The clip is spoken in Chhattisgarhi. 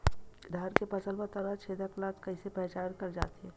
धान के फसल म तना छेदक ल कइसे पहचान करे जाथे?